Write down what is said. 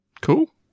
Cool